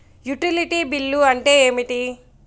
Utility bill అంటే ఏమిటి?